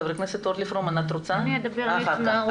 ח"כ אורלי פרומן תדבר בהמשך.